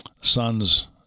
son's